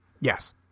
Yes